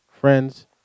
Friends